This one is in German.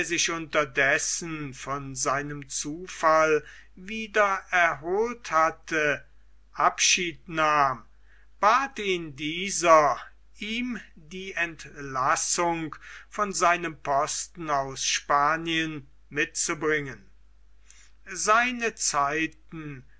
sich unterdessen von seinem zufall wieder erholt hatte abschied nahm bat ihn dieser ihm die entlassung von seinem posten aus spanien mitzubringen seine zeiten